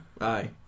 aye